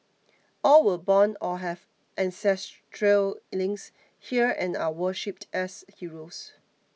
all were born or have ancestral links here and are worshipped as heroes